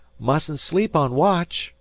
mustn't sleep on watch.